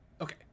Okay